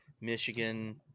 Michigan